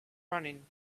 running